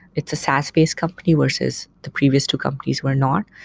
it's a saas-based company versus the pervious two companies were not.